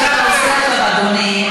אדוני,